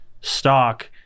stock